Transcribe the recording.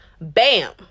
Bam